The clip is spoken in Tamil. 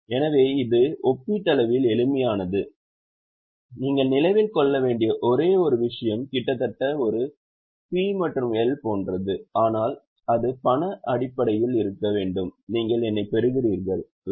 எனவே இது ஒப்பீட்டளவில் எளிமையானது நீங்கள் நினைவில் கொள்ள வேண்டிய ஒரே ஒரு விஷயம் கிட்டத்தட்ட ஒரு P மற்றும் L போன்றது ஆனால் அது பண அடிப்படையில் இருக்க வேண்டும் நீங்கள் என்னைப் பெறுகிறீர்களா